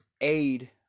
aid